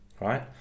right